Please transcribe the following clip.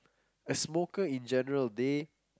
a smoker in general they